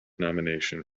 nomination